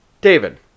David